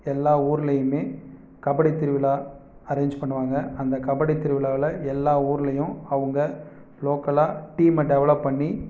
எல்லா ஊருலியுமே கபடித்திருவிழா அரேஞ்ச் பண்ணுவாங்க அந்த கபடித்திருவிழாவில் எல்லா ஊருலியும் அவங்க லோக்கலாக டீம்மை டெவலப் பண்ணி